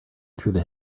through